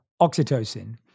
oxytocin